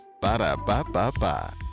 Ba-da-ba-ba-ba